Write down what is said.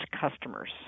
customers